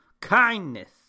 kindness